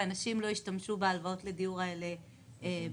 ואנשים לא השתמשו בהלוואות לדיור בכלל,